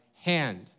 hand